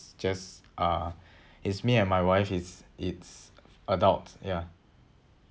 just uh is me and my wife is is adults ya